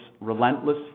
relentless